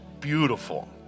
beautiful